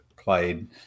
Played